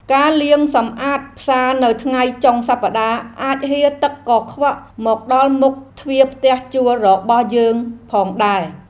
ការលាងសម្អាតផ្សារនៅថ្ងៃចុងសប្តាហ៍អាចហៀរទឹកកខ្វក់មកដល់មុខទ្វារផ្ទះជួលរបស់យើងផងដែរ។